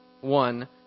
one